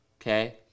okay